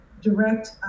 direct